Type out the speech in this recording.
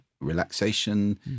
Relaxation